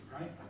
right